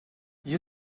you